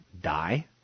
die